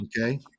okay